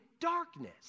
darkness